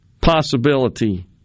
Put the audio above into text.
possibility